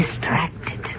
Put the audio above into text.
distracted